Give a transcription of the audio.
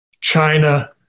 China